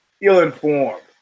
ill-informed